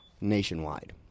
nationwide